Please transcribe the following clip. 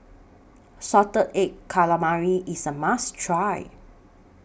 Salted Egg Calamari IS A must Try